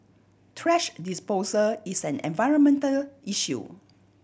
thrash disposal is an environmental issue